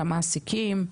על המעסיקים,